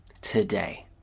today